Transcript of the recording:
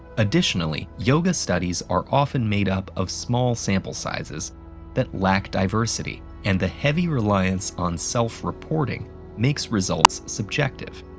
additionally, yoga studies are often made up of small sample sizes that lack diversity, and the heavy reliance on self-reporting makes results subjective.